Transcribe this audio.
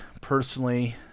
personally